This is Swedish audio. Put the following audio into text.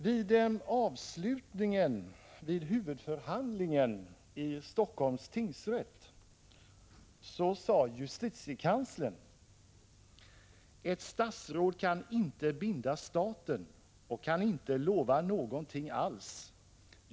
Vid huvudförhandlingen i Helsingforss tingsrätt sade justitiekanslern: ”Ett statsråd kan inte binda staten och kan inte lova någonting alls.